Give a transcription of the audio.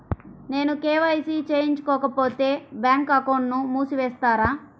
నేను కే.వై.సి చేయించుకోకపోతే బ్యాంక్ అకౌంట్ను మూసివేస్తారా?